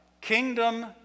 kingdom